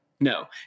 no